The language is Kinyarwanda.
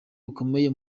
bukomeye